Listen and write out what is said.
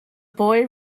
boy